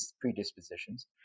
predispositions